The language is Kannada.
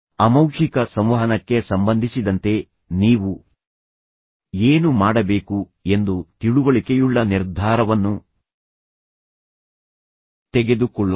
ಅಮೌಖಿಕ ಸಂವಹನಕ್ಕೆ ಸಂಬಂಧಿಸಿದಂತೆ ನೀವು ಏನು ಮಾಡಬೇಕು ಎಂದು ತಿಳುವಳಿಕೆಯುಳ್ಳ ನಿರ್ಧಾರವನ್ನು ತೆಗೆದುಕೊಳ್ಳೋಣ